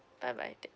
bye bye thank